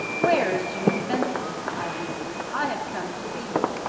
where is jimmy spencer? i demanded. i have come to see him.